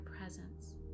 presence